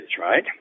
right